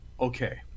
Okay